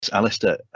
Alistair